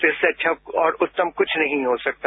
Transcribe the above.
तो इससे अच्छा और उत्तम कुछ नहीं हो सकता